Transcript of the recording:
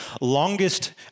longest